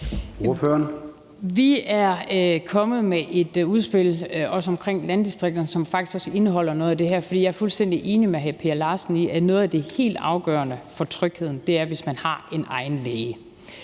Vi er kommet med et udspil, også omkring landdistrikterne, som faktisk også indeholder noget af det her. For jeg er fuldstændig enig med hr. Per Larsen i, at noget af det helt afgørende for trygheden er, at man har en egen læge.